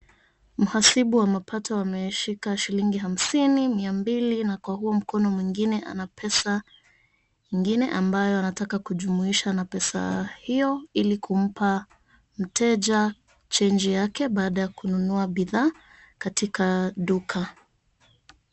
Mhasibu wa mapato ameshika shilingi hamsini, mia mbili na kwa huo mkono mwingine ana pesa ingine ambayo anataka kujumuisha na pesa hiyo ili kumpa mteja change yake baada ya kununua bidhaa katika duka.